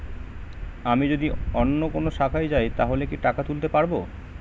আমি যদি অন্য কোনো শাখায় যাই তাহলে কি টাকা তুলতে পারব?